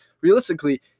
realistically